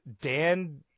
Dan –